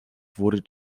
wurde